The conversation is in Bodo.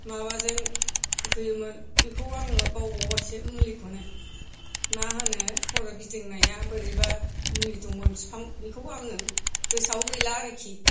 माबाजों होयोमोन बेखौ आङो बावबावबायसो मुलिखौनो मा होनो खर' गिदिंनाया बोरैबा मुलि दंमोन फिफां बोखौ आङो गोसोआव गैला आरोखि